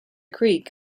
creek